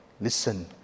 Listen